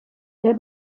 der